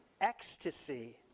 ecstasy